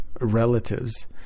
Relatives